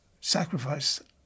sacrifice